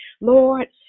Lord